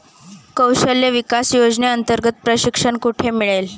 कौशल्य विकास योजनेअंतर्गत प्रशिक्षण कुठे मिळेल?